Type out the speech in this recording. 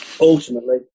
Ultimately